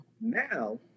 Now